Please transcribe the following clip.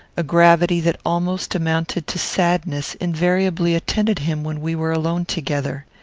a gravity that almost amounted to sadness invariably attended him when we were alone together.